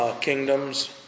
Kingdoms